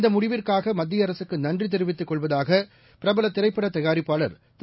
இந்தமுடிவுக்காக மத்தியஅரசுக்கு நன்றிதெரிவித்துக் கொள்வதாகபிரபலதிரைப்படதயாரிப்பாளர் திரு